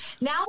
now